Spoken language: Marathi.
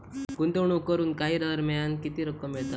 गुंतवणूक करून काही दरम्यान किती रक्कम मिळता?